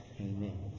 Amen